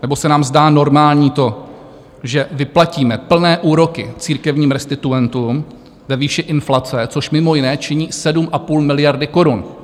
Nebo se nám zdá normální to, že vyplatíme plné úroky církevním restituentům ve výši inflace, což mimo jiné činí 7,5 miliardy korun?